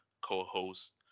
co-host